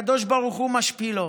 הקדוש ברוך הוא משפילו".